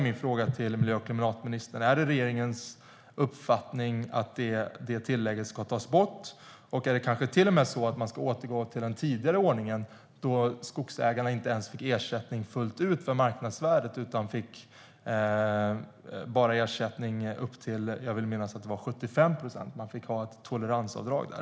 Min fråga till klimat och miljöministern är: Är det regeringens uppfattning att tillägget ska tas bort? Ska man kanske till och med återgå till den tidigare ordningen då skogsägarna inte ens fick ersättning för hela marknadsvärdet utan bara upp till, vill jag minnas, 75 procent? Man fick ha ett "toleransavdrag" där.